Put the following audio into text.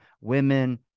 women